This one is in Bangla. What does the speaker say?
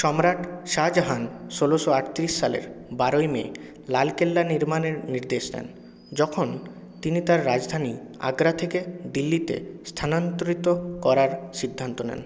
সম্রাট শাহজাহান ষোলোশো আটত্রিশ সালের বারই মে লালকেল্লা নির্মাণের নির্দেশ দেন যখন তিনি তাঁর রাজধানী আগ্রা থেকে দিল্লিতে স্থানান্তরিত করার সিদ্ধান্ত নেন